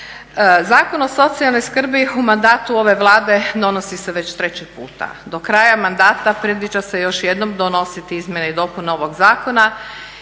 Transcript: Zakon o socijalnoj skrbi u mandatu ove Vlade donosi se već treći puta. Do kraja mandata predviđa se još jednom donositi izmjene i dopune ovog zakona